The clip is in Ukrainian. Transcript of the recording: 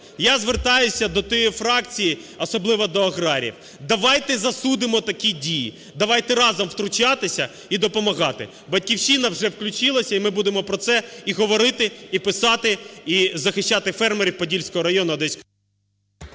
Я звертаюся до тієї фракції, особливо до аграріїв, давайте засудимо такі дії, давайте разом втручатися і допомагати. "Батьківщина" вже включилася і ми будемо про це і говорити, і писати, і захищати фермерів Подільського району Одеської…